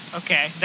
okay